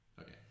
Okay